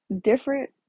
different